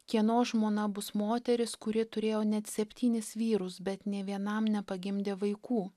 kieno žmona bus moteris kuri turėjo net septynis vyrus bet nė vienam nepagimdė vaikų